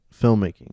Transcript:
filmmaking